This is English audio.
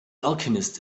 alchemist